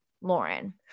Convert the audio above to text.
Lauren